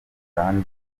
kandi